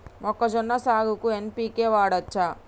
మొక్కజొన్న సాగుకు ఎన్.పి.కే వాడచ్చా?